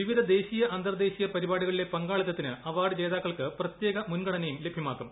വിവിധ ദേശീയ അന്തർദേശീയ് പരിപാടികളിലെ പങ്കാളിത്തത്തിന് അവാർഡ് ജേതാക്കൾക്ക് പ്രത്യേക മുൻഗണനയും ലഭ്യമാക്കും